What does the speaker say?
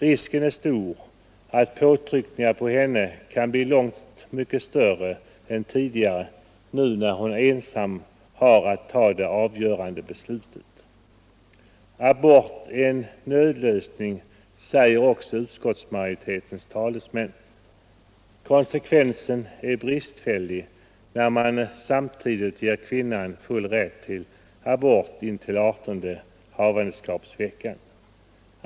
Risken är stor att påtryckningarna på henne kan bli långt mycket större än tidigare nu när hon ensam har att ta det avgörande beslutet. Abort är en nödlösning, säger också utskottsmajoritetens talesmän. Konsekvensen är bristfällig när man samtidigt ger kvinnan full rätt till abort intill adertonde havandeskapsveckan.